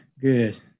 good